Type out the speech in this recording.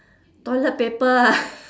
toilet paper ah